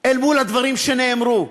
אל מול הדברים שנאמרו.